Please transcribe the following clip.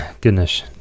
Goodness